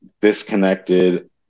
disconnected